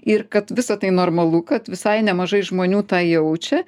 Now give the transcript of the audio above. ir kad visa tai normalu kad visai nemažai žmonių tą jaučia